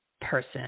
person